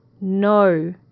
No